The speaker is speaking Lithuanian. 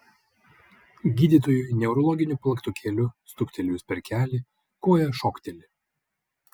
gydytojui neurologiniu plaktukėliu stuktelėjus per kelį koja šokteli